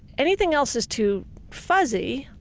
anything else is too fuzzy,